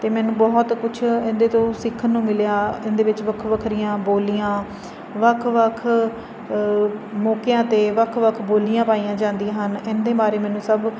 ਅਤੇ ਮੈਨੂੰ ਬਹੁਤ ਕੁਛ ਇਹਦੇ ਤੋਂ ਸਿੱਖਣ ਨੂੰ ਮਿਲਿਆ ਇਹਦੇ ਵਿੱਚ ਵੱਖੋ ਵੱਖਰੀਆਂ ਬੋਲੀਆਂ ਵੱਖ ਵੱਖ ਮੌਕਿਆਂ 'ਤੇ ਵੱਖ ਵੱਖ ਬੋਲੀਆਂ ਪਾਈਆਂ ਜਾਂਦੀਆਂ ਹਨ ਇਹਦੇ ਬਾਰੇ ਮੈਨੂੰ ਸਭ